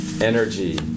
Energy